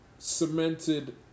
cemented